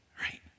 right